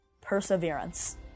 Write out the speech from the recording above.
Perseverance